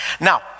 Now